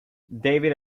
david